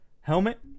helmet